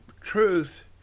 truth